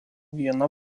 viena